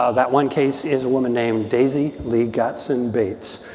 ah that one case is a woman named daisy lee gatson bates.